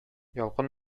ялкын